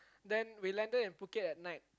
then we landed in Phuket at night